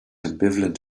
ambivalent